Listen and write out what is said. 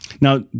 Now